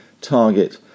target